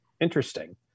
interesting